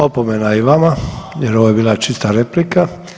Opomena i vama jer ovo je bila čista replika.